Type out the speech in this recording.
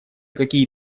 какие